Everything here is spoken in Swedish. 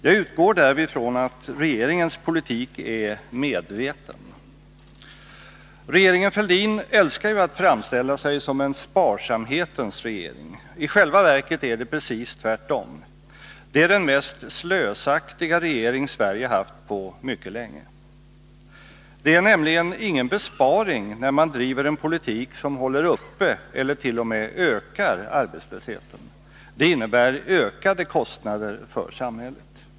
Jag utgår därvid från att regeringens politik är medveten. Regeringen Fälldin älskar att framställa sig som en sparsamhetens regering. I själva verket är det precis tvärtom. Det är den mest slösaktiga regering Sverige haft på mycket länge. Det är nämligen ingen besparing när man driver en politik som håller uppe eller t.o.m. ökar arbetslösheten. Det innebär ökade kostnader för samhället.